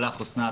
ולך אוסנת,